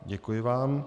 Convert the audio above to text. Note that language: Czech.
Děkuji vám.